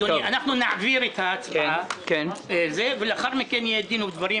אנחנו נעביר את ההצבעה ולאחר מכן יהיה דין ודברים,